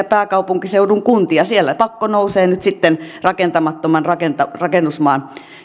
pääkaupunkiseudun kunnissa siellä pakkonousee nyt sitten rakentamattoman rakennusmaan rakennusmaan